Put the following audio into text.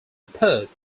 perth